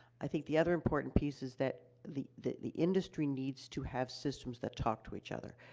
i think the other important piece is that the that the industry needs to have systems that talk to each other.